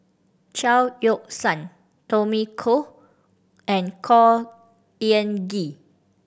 Chao Yoke San Tommy Koh and Khor Ean Ghee